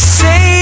say